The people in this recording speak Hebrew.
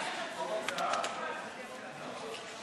התעללות בבעלי-חיים),